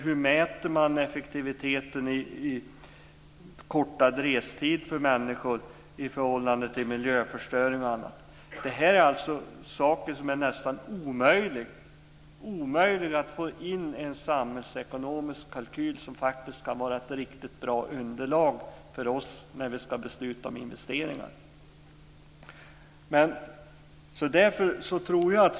Hur mäter man effektiviteten i förkortad restid för människor i förhållande till miljöförstöring? Det är nästan omöjligt att få in det i en samhällsekonomisk kalkyl som kan vara ett bra underlag för oss när vi ska besluta om investeringar.